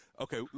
Okay